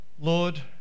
Lord